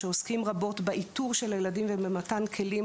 שעוסקים רבות באיתור של ילדים ובמתן כלים